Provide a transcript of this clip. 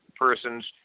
persons